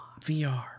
VR